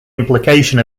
implication